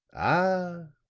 ah!